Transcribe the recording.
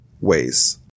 ways